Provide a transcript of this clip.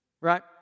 Right